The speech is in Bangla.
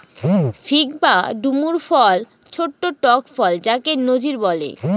ফিগ বা ডুমুর ফল ছোট্ট টক ফল যাকে নজির বলে